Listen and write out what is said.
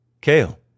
Kale